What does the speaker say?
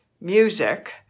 music